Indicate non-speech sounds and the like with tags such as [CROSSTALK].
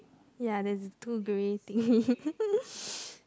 ya there's two grey thing [LAUGHS]